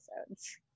episodes